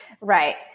Right